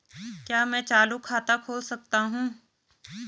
क्या मैं चालू खाता खोल सकता हूँ?